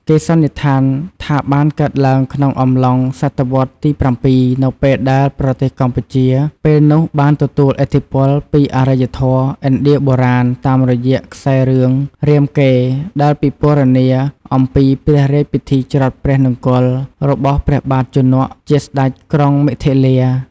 គេសន្និដ្ឋានថាបានកើតឡើងក្នុងអំឡុង សតវត្ស ទី៧ នៅពេលដែលប្រទេសកម្ពុជាពេលនោះបានទទួលឥទ្ធិពលពីអរិយធម៌ ឥណ្ឌាបុរាណ តាមរយៈខ្សែររឿង រាមកេរ្តិ៍ ដែលពិពណ៌នា អំពីព្រះរាជពិធីច្រត់ព្រះនង្គ័ល របស់ព្រះបាទជនក ជាស្ដេចក្រុងមិថិលា។